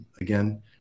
again